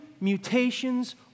mutations